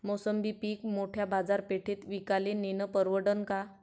मोसंबी पीक मोठ्या बाजारपेठेत विकाले नेनं परवडन का?